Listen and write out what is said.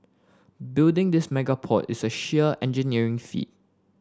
building this mega port is a sheer engineering feat